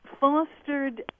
fostered